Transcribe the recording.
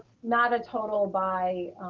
not a total buy.